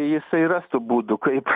jisai ras tų būdų kaip